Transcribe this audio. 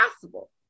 possible